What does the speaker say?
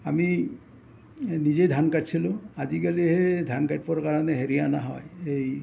আমি এই নিজেই ধান কাটিছিলোঁ আজিকালিহে ধান কাটিবৰ কাৰণে হেৰি আনা হয় এই